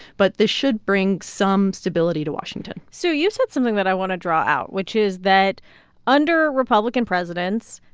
but this should bring some stability to washington sue, you said something that i want to draw out, which is that under republican presidents,